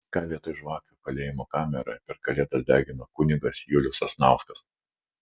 ką vietoj žvakių kalėjimo kameroje per kalėdas degino kunigas julius sasnauskas